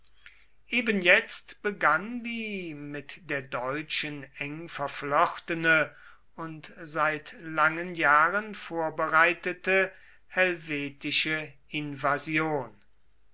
ebenjetzt begann die mit der deutschen eng verflochtene und seit langen jahren vorbereitete helvetische invasion